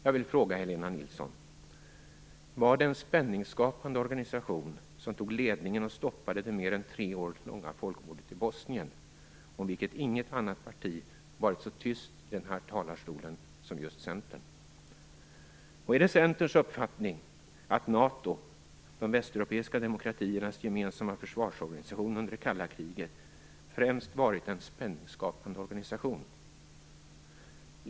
Jag vill fråga Helena Nilsson: Var det en "spänningsskapande organisation" som tog ledningen och stoppade det mer än tre år långa folkmordet i Bosnien, om vilket inget annat parti varit så tyst i riksdagens talarstol som just Centern? Och är det Centerns uppfattning att NATO, de västeuropeiska demokratiernas gemensamma försvarsorganisation under det kalla kriget, främst varit en "spänningsskapande organisation"?